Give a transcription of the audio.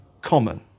common